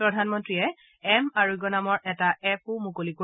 প্ৰধানমন্ত্ৰীয়ে লগতে এম আৰোগ্য নামৰ এটা এপো মুকলি কৰিব